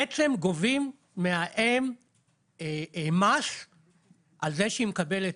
בעצם גובים מהאם מס על זה שהיא מקבלת